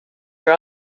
are